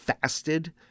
Fasted